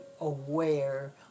aware